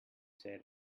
say